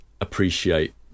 appreciate